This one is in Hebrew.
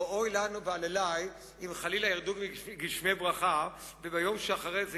ואוי לנו ואללי אם חלילה ירדו גשמי ברכה וביום שאחריהם